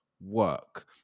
Work